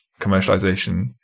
commercialization